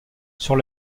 sur